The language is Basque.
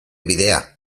bidea